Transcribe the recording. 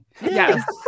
Yes